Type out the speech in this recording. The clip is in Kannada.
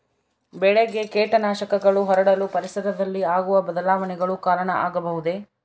ಬೆಳೆಗೆ ಕೇಟನಾಶಕಗಳು ಹರಡಲು ಪರಿಸರದಲ್ಲಿ ಆಗುವ ಬದಲಾವಣೆಗಳು ಕಾರಣ ಆಗಬಹುದೇ?